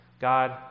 God